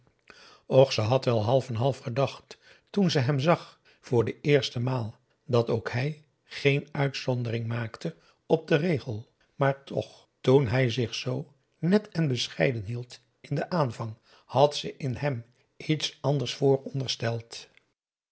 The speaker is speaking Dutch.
ze had wel half en half gedacht toen ze hem zag voor de eerste maal dat ook hij geen uitzondering maakte op den regel maar toch toen hij zich p a daum hoe hij raad van indië werd onder ps maurits zoo net en bescheiden hield in den aanvang had ze in hem iets anders